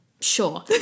Sure